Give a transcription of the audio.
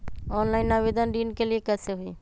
Online आवेदन ऋन के लिए कैसे हुई?